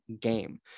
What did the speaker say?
game